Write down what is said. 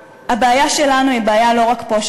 הבעיה שלנו היא בעיה לא רק פה,